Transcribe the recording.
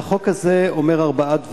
והחוק הזה אומר ארבעה דברים: